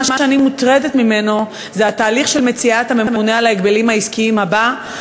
מה שאני מוטרדת ממנו זה התהליך של מציאת הממונה על ההגבלים העסקיים הבא,